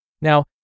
Now